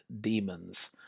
demons